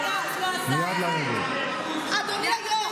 אדוני היו"ר,